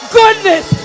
goodness